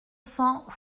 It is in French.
cents